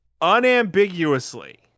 unambiguously